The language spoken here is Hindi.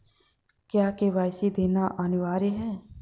क्या के.वाई.सी देना अनिवार्य है?